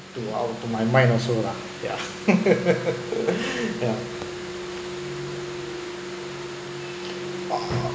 to our to my mind also lah ya